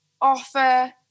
offer